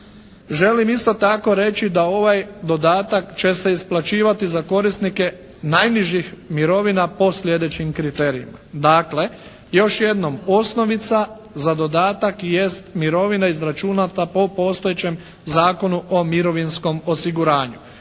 Želim isto tako reći da ovaj dodatak će se isplaćivati za korisnike najnižih mirovina po sljedećim kriterijima. Dakle, još jednom osnovica za dodatak jest mirovina izračunata po postojećem Zakonu o mirovinskom osiguranju.